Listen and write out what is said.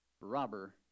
robber